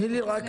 תני לי להבין.